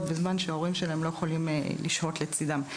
בזמן שההורים שלהם לא יכולים לשהות לצדם.